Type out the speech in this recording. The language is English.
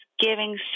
giving